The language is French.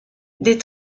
des